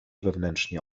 wewnętrznie